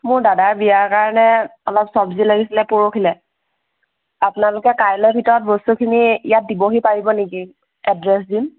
মোৰ দাদাৰ বিয়াৰ কাৰণে অলপ চব্জি লাগিছিলে পৰহিলৈ আপোনালোকে কাইলৈৰ ভিতৰত বস্তুখিনি ইয়ত দিবহি পাৰিব নেকি এড্ৰেছ দিম